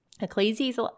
Ecclesiastes